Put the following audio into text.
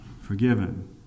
forgiven